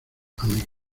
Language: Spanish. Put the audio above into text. amigo